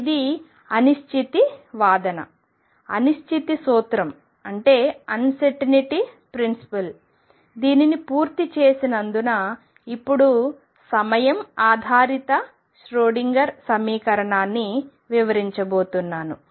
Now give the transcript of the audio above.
ఇది అనిశ్చితి వాదన అనిశ్చితి సూత్రం అన్ సర్టెనిటి ప్రిన్సిపుల్ దీనిని పూర్తి చేసినందున ఇపుడు సమయం ఆధారిత ష్రోడింగర్ సమీకరణాన్ని వివరించబోతున్నాను